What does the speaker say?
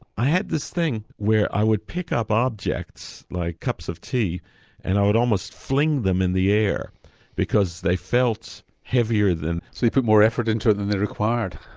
i had this thing where i would pick up objects like cups of tea and i would almost fling them in the air because they felt heavier. so you put more effort into it than it required?